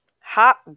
Hot